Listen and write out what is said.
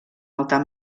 altar